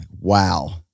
wow